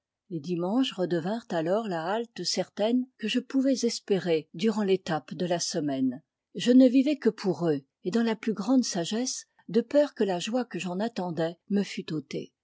les dimanches redevinrent alors la halte certaine que je pouvais espérer durant l'étape de la semaine je ne vivais que pour eux et dans la plus grande sagesse de peur que la joie que j'en attendais me fût ôtée